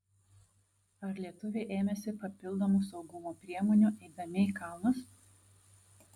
ar lietuviai ėmėsi papildomų saugumo priemonių eidami į kalnus